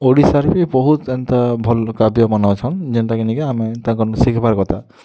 ଓଡ଼ିଶା ରେ ବି ବହୁତ୍ ଏନ୍ତା ଭଲ୍ କାବ୍ୟ ମାନେ ଅଛନ୍ ଯେନ୍ଟା କି ନି କାଏଁ ଆମେ ତାଙ୍କର୍ ନୁ ଶିଖ୍ବାର କଥା